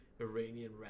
Iranian